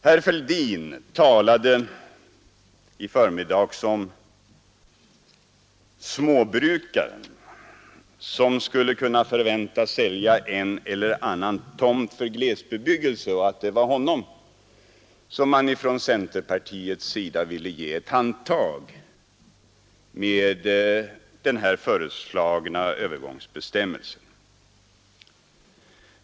Herr Fälldin talade i förmiddags om småbrukaren som skulle kunna förväntas sälja en eller annan tomt för glesbebyggelse och att det var honom som man från centerpartiets sida ville ge ett handtag med den här föreslagna övergångsbestämmelsen.